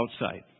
outside